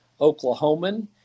Oklahoman